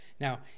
Now